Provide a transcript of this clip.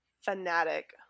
fanatic